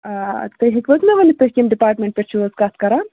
آ تُہۍ ہٮ۪کِو حظ مےٚ ؤنِتھ تُہۍ کَمۍ ڈِپاٹمٮ۪نٛٹ پٮ۪ٹھ چھُو حظ کَتھ کران